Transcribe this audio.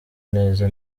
neza